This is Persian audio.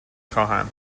خواهم